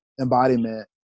Embodiment